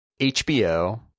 HBO